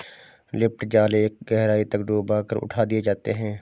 lift जाल एक गहराई तक डूबा कर उठा दिए जाते हैं